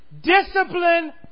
Discipline